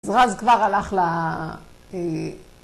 ‫אז רז כבר הלך ל...